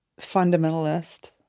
fundamentalist